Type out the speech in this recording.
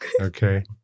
Okay